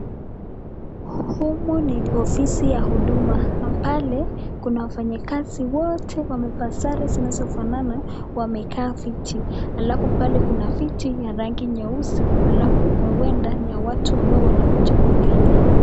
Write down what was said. Humo ni ofisi ya huduma ,pale kuna wafanyakazi wote amevaa sare zinazofanana wamekaa viti, alafu pale kuna viti vya rangi nyeusi alafu huenda ni ya watu ambao wanakuja kuikalia